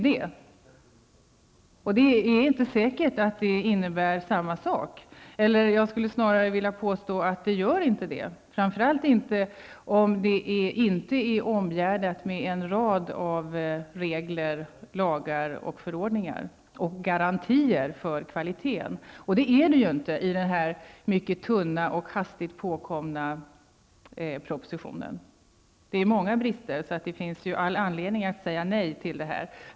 Det är inte säkert att det innebär samma sak. Jag vill snarare påstå att det inte gör det, framför allt inte om det inte är omgärdat av en rad regler, lagar, förordningar och garantier för kvaliteten. Det är det inte i den här mycket tunna och hastigt hopkomna propositionen. Det finns många brister, och därför finns det all anledning att säga nej till detta.